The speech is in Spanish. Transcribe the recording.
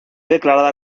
declarada